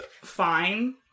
fine